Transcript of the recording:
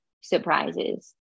surprises